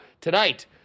tonight